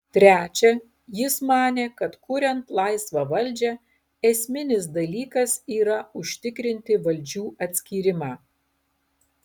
trečia jis manė kad kuriant laisvą valdžią esminis dalykas yra užtikrinti valdžių atskyrimą